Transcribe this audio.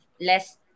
less